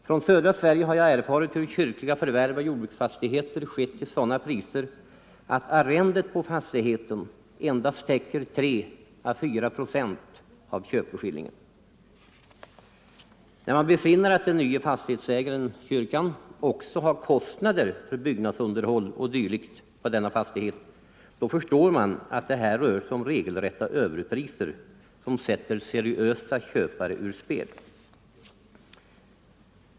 Från södra Sverige har jag erfarit hur kyrkliga förvärv av jordbruksfastigheter skett till sådana priser att arrendet på fastigheten endast täcker 3 å 4 procent av köpeskillingen. När man besinnar att den nye fastighetsägaren — kyrkan — också har kostnader för byggnadsunderhåll o. d. förstår man att det här rör sig om regelrätta överpriser, som sätter seriösa köpare ur spel.